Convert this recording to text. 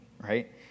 right